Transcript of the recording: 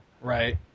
right